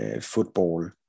football